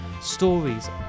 stories